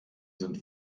sind